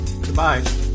goodbye